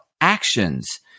actions